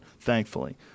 thankfully